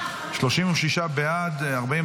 הסתייגות מס'